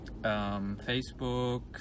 Facebook